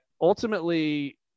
ultimately